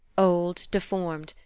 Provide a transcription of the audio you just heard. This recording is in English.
old, deformed,